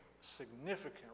significant